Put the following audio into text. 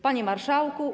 Panie Marszałku!